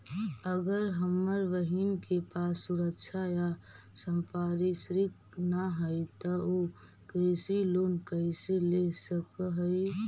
अगर हमर बहिन के पास सुरक्षा या संपार्श्विक ना हई त उ कृषि लोन कईसे ले सक हई?